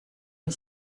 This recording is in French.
une